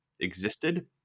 existed